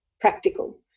practical